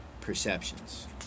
perceptions